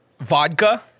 vodka